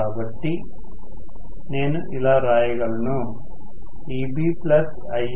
కాబట్టి నేను ఇలా రాయగలను EbIaRaVa